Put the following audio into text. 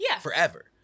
forever